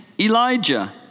Elijah